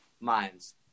minds